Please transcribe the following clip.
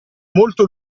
molto